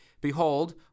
behold